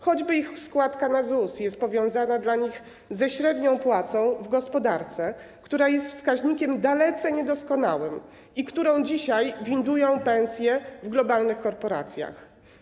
Choćby ich składka na ZUS jest powiązana dla nich ze średnią płacą w gospodarce, która jest wskaźnikiem dalece niedoskonałym i którą dzisiaj windują pensje w globalnych korporacjach.